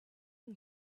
and